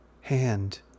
hand